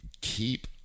keep